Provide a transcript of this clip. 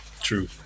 True